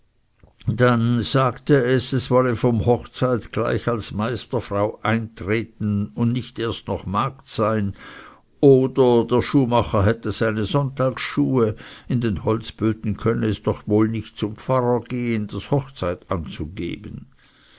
dann sagte es es wolle vom hochzeit gleich als meisterfrau eintreten und nicht erst noch magd sein oder der schuhmacher hätte seine sonntagsschuhe in den holzböden könne es doch nicht wohl zum pfarrer gehen das hochzeit anzugeben